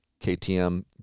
KTM